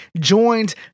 joined